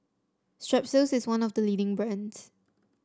Strepsils is one of the leading brands